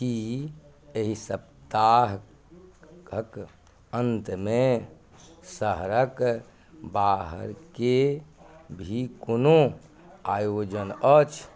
की एहि सप्ताह कऽ अन्तमे शहरक बाहरके भी कोनो आयोजन अछि